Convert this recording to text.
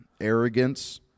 arrogance